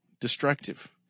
destructive